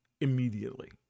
immediately